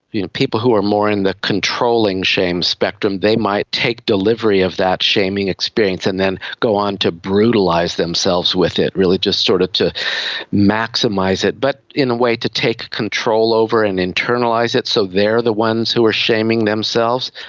you know people who are more in the controlling shame spectrum, they might take delivery of that shaming experience and then go on to brutalise themselves with it, really just sort of to maximise it, but in a way to take control over and internalise it so they are the ones who are shaming themselves.